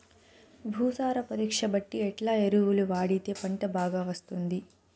భూసార పరీక్ష బట్టి ఎట్లా ఎరువులు వాడితే పంట బాగా వస్తుంది?